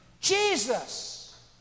Jesus